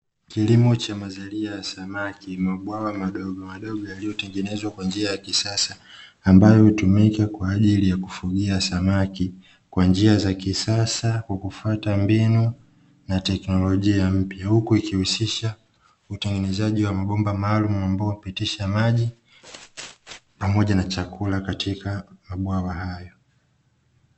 Kilimo cha mazalia ya samaki, mabwawa madogomadogo yaliyotengenezwa kwa njia ya kisasa, ambayo hutumika kwa ajili ya kufugia samaki kwa njia za kisasa kwa kufuata mbinu na teknolojia mpya, huku ikihusisha utengenezaji wa mabomba maalumu ambayo hupitisha maji pamoja na chakula katika mabwawa hayo.